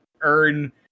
earn